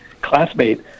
classmate